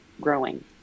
growing